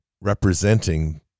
representing